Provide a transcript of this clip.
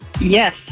Yes